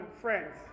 friends